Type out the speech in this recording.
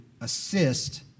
assist